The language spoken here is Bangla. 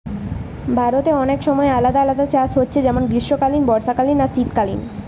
ভারতে অনেক সময় আলাদা আলাদা চাষ হচ্ছে যেমন গ্রীষ্মকালীন, বর্ষাকালীন আর শীতকালীন